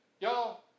Y'all